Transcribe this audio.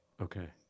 Okay